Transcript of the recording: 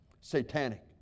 satanic